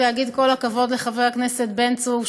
להגיד כל הכבוד לחבר הכנסת בן צור,